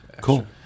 cool